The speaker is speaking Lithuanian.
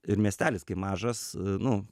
ir miestelis kai mažas nu